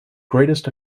greatest